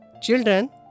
Children